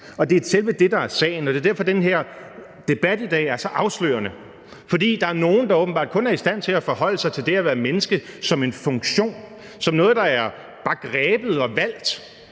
Og det er selve det, der er sagen, og det er derfor, den her debat i dag er så afslørende. For der er nogle, der åbenbart kun er i stand til at forholde sig til det at være menneske som en funktion, som noget, der bare er grebet og valgt